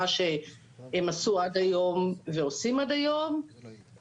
מה שהם עשו עד היום ועושים עד היום,